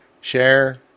share